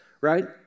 right